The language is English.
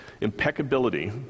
Impeccability